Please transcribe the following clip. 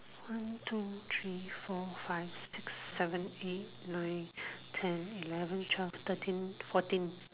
one two three four five six seven eight nine ten eleven twelve thirteen fourteen